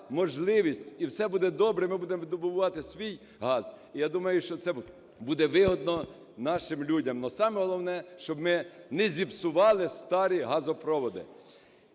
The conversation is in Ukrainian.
можливість - і все буде добре і ми будемо видобувати свій газ, я думаю, що це буде вигідно нашим людям. Ну саме головне - щоб ми не зіпсували старі газопроводи.